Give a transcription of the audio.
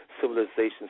Civilizations